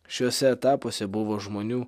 šiuose etapuose buvo žmonių